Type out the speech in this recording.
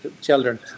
children